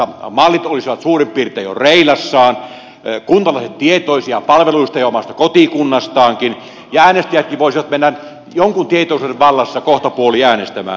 mallit olisivat suurin piirtein jo reilassaan kuntalaiset tietoisia palveluista ja omasta kotikunnastaankin ja äänestäjätkin voisivat mennä jonkun tietoisuuden vallassa kohtapuoliin äänestämään